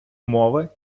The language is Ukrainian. мови